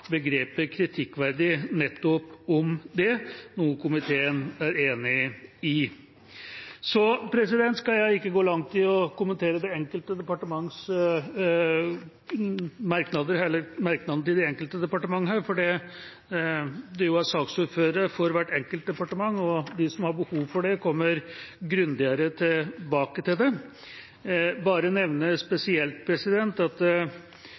begrepet kritikkverdig nettopp om det, noe komiteen er enig i. Så skal jeg ikke gå langt i å kommentere merknadene til de enkelte departementer her, fordi det er saksordførere for hvert enkelt departement, og de som har behov for det, kommer grundigere tilbake til det. Jeg bare nevner spesielt at